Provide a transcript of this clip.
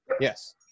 Yes